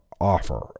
offer